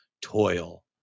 toil